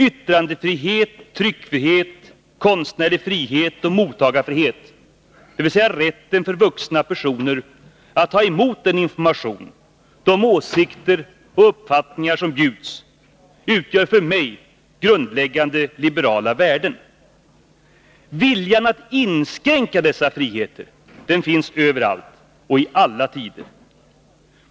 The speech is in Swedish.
Yttrandefrihet, tryckfrihet, konstnärlig frihet och mottagarfrihet — dvs. rätten för vuxna personer att ta emot den information, de åsikter och uppfattningar som bjuds — utgör för mig grundläggande liberala värden. Viljan att inskränka dessa friheter finns överallt och i alla tider.